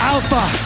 Alpha